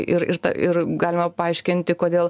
ir ir tą ir galima paaiškinti kodėl